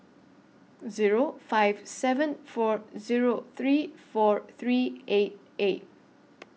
Zero five seven four Zero three four three eight eight